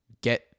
get